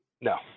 No